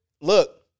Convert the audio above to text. look